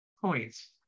points